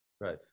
Right